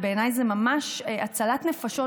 שבעיניי זה ממש הצלת נפשות,